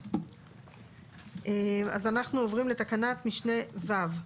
אנחנו עוברים לתקנת משנה (ו).